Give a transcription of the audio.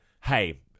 Hey